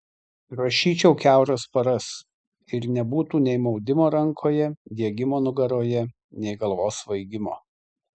rašyčiau kiauras paras ir nebūtų nei maudimo rankoje diegimo nugaroje nei galvos svaigimo